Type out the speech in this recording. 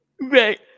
Right